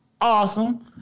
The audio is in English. awesome